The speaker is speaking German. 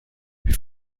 wie